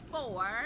four